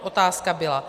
Otázka byla.